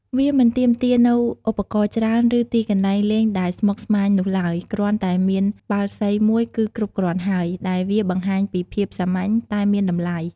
វាមិនទាមទារនូវឧបករណ៍ច្រើន ឬទីកន្លែងលេងដែលស្មុគស្មាញនោះឡើយ គ្រាន់តែមានបាល់សីមួយគឺគ្រប់គ្រាន់ហើយ ដែលវាបង្ហាញពីភាពសាមញ្ញតែមានតម្លៃ។